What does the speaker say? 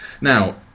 Now